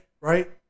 right